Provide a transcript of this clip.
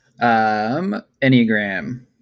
Enneagram